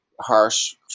harsh